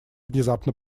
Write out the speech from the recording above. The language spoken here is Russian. внезапно